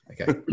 okay